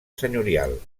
senyorial